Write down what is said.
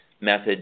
methods